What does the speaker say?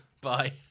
Bye